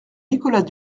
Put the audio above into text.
nicolas